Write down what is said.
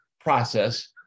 process